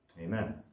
Amen